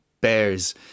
Bears